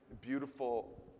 beautiful